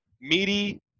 meaty